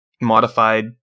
modified